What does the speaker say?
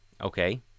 Okay